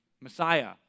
Messiah